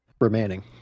remaining